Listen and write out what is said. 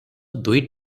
ଦୁଇ